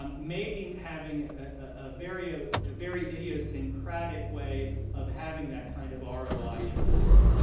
um may be having a very ah ah very idiosyncratic way of having that kind of ah roi impact.